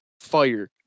Fire